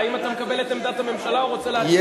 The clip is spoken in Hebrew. האם אתה מקבל את עמדת הממשלה או רוצה להצביע?